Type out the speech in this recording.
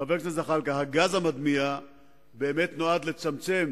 חבר הכנסת זחאלקה, הגז המדמיע באמת נועד לצמצם